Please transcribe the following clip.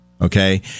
okay